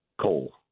Coal